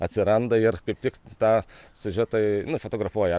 atsiranda ir kaip tik tą siužetą nufotografuoja